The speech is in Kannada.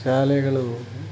ಶಾಲೆಗಳು